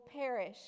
perish